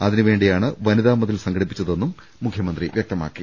അതിനുവേണ്ടിയാണ് വനിതാ മതിൽ സംഘടിപ്പിച്ചതെന്നും മുഖ്യമന്ത്രി വ്യക്തമാക്കി